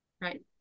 Right